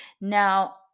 Now